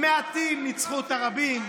מעטים ניצחו את הרבים,